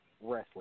Wrestling